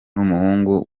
n’umuhungu